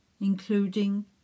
including